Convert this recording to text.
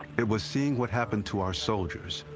it was seeing what happened to our soldiers,